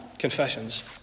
Confessions